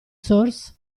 source